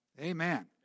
Amen